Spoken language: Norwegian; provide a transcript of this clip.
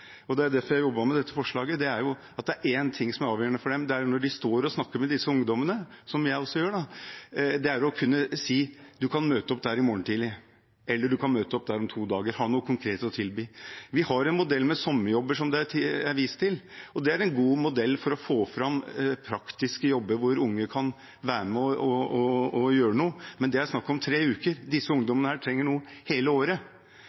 og det er derfor jeg har jobbet med dette forslaget – at det er én ting som er avgjørende for dem. Det er at de, når de står og snakker med disse ungdommene, som jeg også gjør, skal kunne si: Du kan møte opp der i morgen tidlig, eller du kan møte opp der om to dager – å ha noe konkret å tilby. Vi har en modell med sommerjobber, som det er vist til. Det er en god modell for å få fram praktiske jobber hvor unge kan være med og gjøre noe, men det er snakk om tre uker. Disse ungdommene her trenger noe hele året.